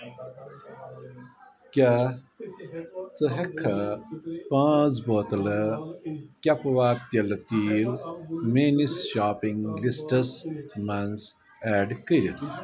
کیٛاہ ژٕ ہٮ۪ککھا پانٛژھ بوتلہٕ کیپِوا تِلہٕ تیٖل میٛٲنِس شاپِنگ لسٹَس منٛز ایڈ کٔرِتھ